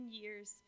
years